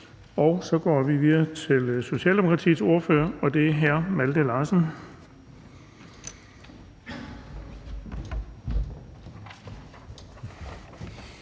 Så går vi videre til Socialdemokratiets ordfører, og det er hr. Malte Larsen.